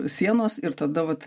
sienos ir tada vat